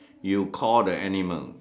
you call the animal